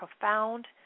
profound